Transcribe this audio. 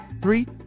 three